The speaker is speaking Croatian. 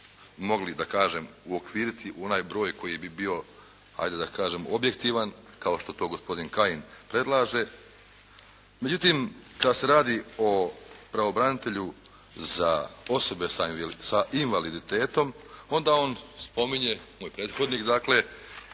mogli da kažem uokviriti u onaj broj koji bi bio hajde da kažem objektivan kao što to gospodin Kajin predlaže. Međutim, kada se radi o pravobranitelju za osobe sa invaliditetom onda on spominje moj prethodnik, dakle